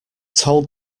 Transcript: told